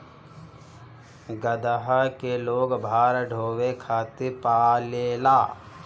गदहा के लोग भार ढोवे खातिर पालेला